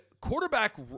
quarterback